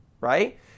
right